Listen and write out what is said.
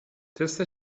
تست